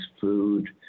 food